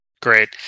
Great